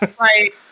Right